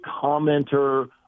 commenter